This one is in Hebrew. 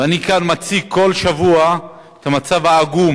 ואני כאן מציג כל שבוע את המצב העגום